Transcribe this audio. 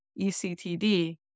ECTD